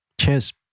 cheers